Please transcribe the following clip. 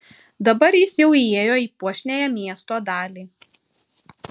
dabar jis jau įėjo į puošniąją miesto dalį